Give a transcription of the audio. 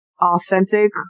Authentic